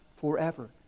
forever